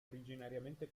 originariamente